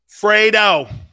Fredo